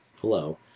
Hello